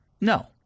No